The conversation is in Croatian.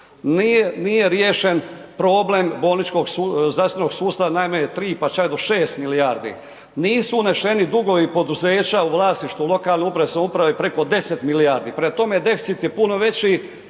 nije riješen problem bolničkog zdravstvenog sustava najmanje 3, pa čak do 6 milijardi, nisu unešeni dugovi poduzeća u vlasništvu lokalne uprave, samouprave preko 10 milijardi. Prema tome, deficit je puno veći